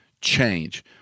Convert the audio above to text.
change